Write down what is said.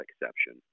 exception